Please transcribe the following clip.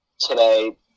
today